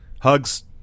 Hugs